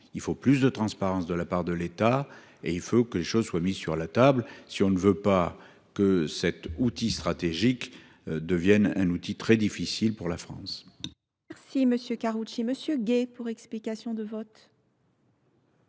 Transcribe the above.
il faut plus de transparence de la part de l’État. Il faut que les choses soient mises sur la table, si on ne veut pas que cet outil stratégique devienne un problème pour la France. La parole est à M. Fabien Gay, pour explication de vote.